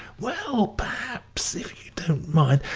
well, perhaps, if you don't mind.